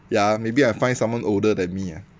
ya maybe I find someone older than me ah